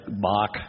Bach